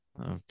Okay